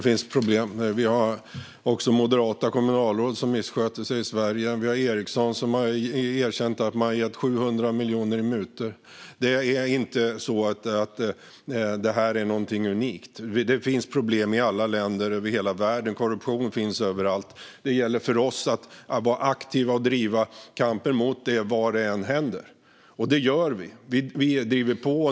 Fru talman! Vi har också moderata kommunalråd som missköter sig i Sverige. Vi har Ericsson som erkänt att man gett 700 miljoner i mutor. Det är inte något unikt. Det finns problem i alla länder över hela världen. Korruption finns överallt. För oss gäller det att vara aktiva och driva kampen mot detta var det än händer, och det gör vi. Vi driver på.